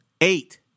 Eight